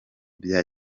bya